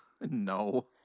no